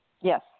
Yes